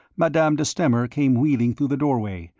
madame de stamer came wheeling through the doorway,